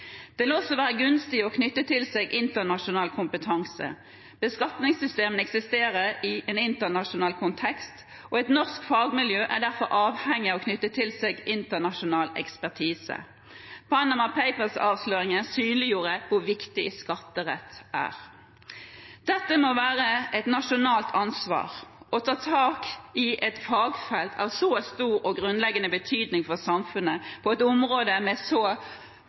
Det vil også være gunstig å knytte til seg internasjonal kompetanse – beskatningssystemene eksisterer i en internasjonal kontekst, og et norsk fagmiljø er derfor avhengig av å knytte til seg internasjonal ekspertise. Panama Papers-avsløringene synliggjorde hvor viktig skatterett er. Det må være et nasjonalt ansvar å ta tak i et fagfelt som er av så stor og grunnleggende betydning for samfunnet, på et område som på så